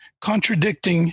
contradicting